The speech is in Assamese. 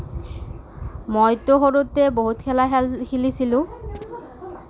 মইতো সৰুতে বহুত খেলা খেল খেলিছিলোঁ